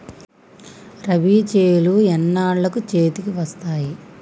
రబీ చేలు ఎన్నాళ్ళకు చేతికి వస్తాయి?